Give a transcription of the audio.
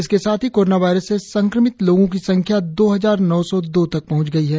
इसके साथ ही कोरोना वायरस से संक्रमित लोगों की संख्या दो हजार नौ सौ दो तक पहंच गई है